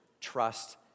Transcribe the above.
Trust